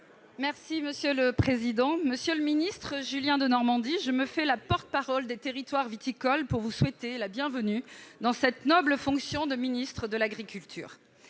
et Social Européen. Monsieur le ministre Julien Denormandie, je me fais la porte-parole des territoires viticoles pour vous souhaiter la bienvenue dans cette noble fonction de ministre de l'agriculture.